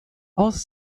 aus